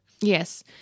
Yes